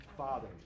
Father